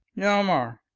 hjalmar?